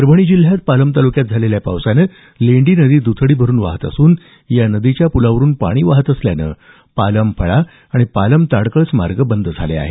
परभणी जिल्ह्यात पालम तालुक्यात झालेल्या पावसानं लेंडी नदी दुथडी भरून वाहत असून या नदीच्या पुलावरून पाणी वाहत असल्यानं पालम फळा पालम ताडकळस मार्ग बंद झाले आहेत